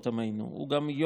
הוא לא רק